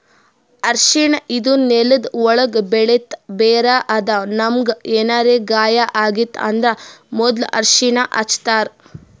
ಅರ್ಷಿಣ ಇದು ನೆಲ್ದ ಒಳ್ಗ್ ಬೆಳೆಂಥ ಬೇರ್ ಅದಾ ನಮ್ಗ್ ಏನರೆ ಗಾಯ ಆಗಿತ್ತ್ ಅಂದ್ರ ಮೊದ್ಲ ಅರ್ಷಿಣ ಹಚ್ತಾರ್